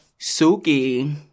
Suki